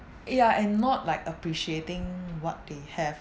yeah and not like appreciating what they have